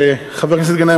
חבר הכנסת גנאים,